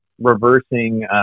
reversing